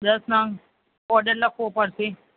દસ નંગ ઓડર લખવો પડશે